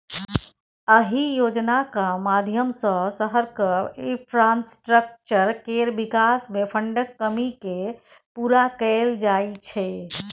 अहि योजनाक माध्यमसँ शहरक इंफ्रास्ट्रक्चर केर बिकास मे फंडक कमी केँ पुरा कएल जाइ छै